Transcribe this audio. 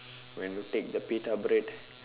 when you take pita bread